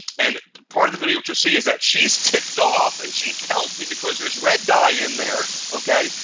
and part of the video which you'll see is that she's ticked off and she tells me because there's red dye in there, okay?